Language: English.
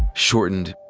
shortened,